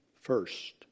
first